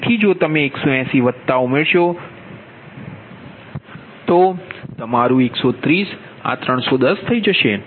તેથી જો તમે 180 વત્તા ઉમેરશો તો તમારું 130 આ 310 થઈ જશે